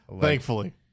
Thankfully